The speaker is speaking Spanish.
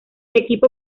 equipo